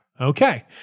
Okay